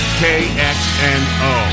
kxno